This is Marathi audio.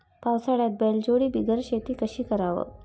पावसाळ्यात बैलजोडी बिगर शेती कशी कराव?